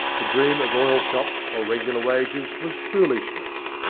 to dream of oil-shops or regular wages was foolishness.